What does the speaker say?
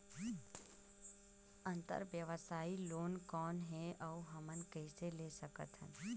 अंतरव्यवसायी लोन कौन हे? अउ हमन कइसे ले सकथन?